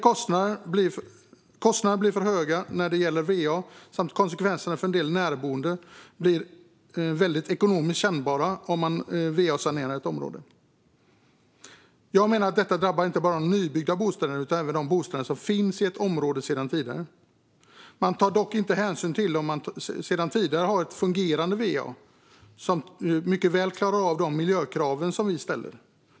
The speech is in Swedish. Kostnaderna blir för höga när det gäller va, och konsekvenserna för en del närboende blir också väldigt ekonomiskt kännbara om man va-sanerar ett område. Detta drabbar inte bara de nybyggda bostäderna utan även bostäder som finns i ett område sedan tidigare. Man tar dock inte hänsyn till om det sedan tidigare finns fungerande va som mycket väl klarar de miljökrav som ställs.